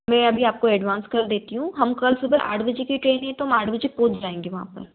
मैं अभी आपको एडवांस कर देती हूँ हम कल सुबह आठ बजे के ट्रेन है तो हम आठ बजे पहुँच जाएँगे वहाँ पर